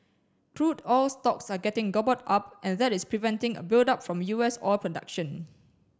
crude oil stocks are getting gobbled up and that is preventing a buildup from U S oil production